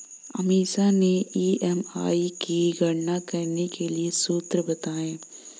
अमीषा ने ई.एम.आई की गणना करने के लिए सूत्र बताए